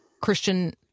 Christian